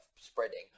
spreading